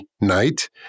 night